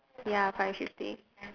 ya five fifty